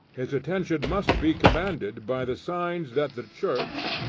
his attention must be commanded by the signs that the church,